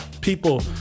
People